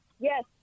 Yes